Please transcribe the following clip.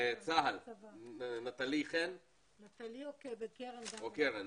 נטלי חן מצה"ל בבקשה.